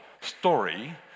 story